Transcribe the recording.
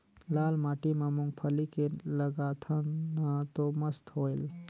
लाल माटी म मुंगफली के लगाथन न तो मस्त होयल?